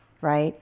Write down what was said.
right